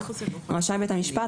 רשאי בית המשפט,